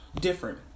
different